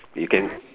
you can